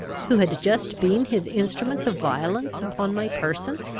who had just been his instruments of violence upon my person?